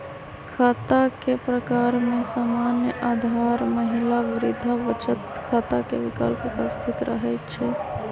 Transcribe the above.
खता के प्रकार में सामान्य, आधार, महिला, वृद्धा बचत खता के विकल्प उपस्थित रहै छइ